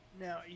Now